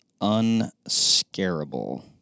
unscarable